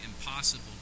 impossible